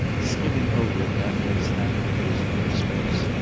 skimming over it after his habit for his own space,